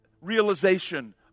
realization